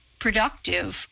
productive